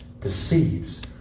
deceives